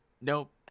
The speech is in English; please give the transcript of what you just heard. Nope